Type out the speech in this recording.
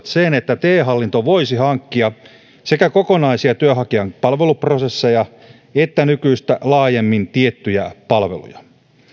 sen että te hallinto voisi hankkia sekä kokonaisia työnhakijan palveluprosesseja että nykyistä laajemmin tiettyjä palveluja